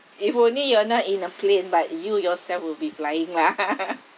if only you are not in a plane but you yourself will be flying lah